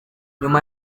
nyuma